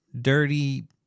dirty